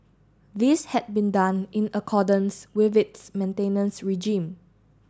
this had been done in accordance with its maintenance regime